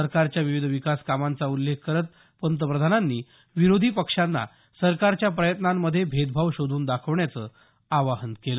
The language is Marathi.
सरकारच्या विविध विकास कामांचा उल्लेख करत पंतप्रधानांनी विरोधी पक्षांना सरकारच्या प्रयत्नांमध्ये भेदभाव शोधून दाखवण्याचं आव्हान दिलं